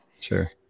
Sure